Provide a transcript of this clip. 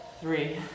three